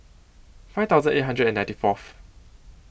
five thousand eight hundred and ninety Fourth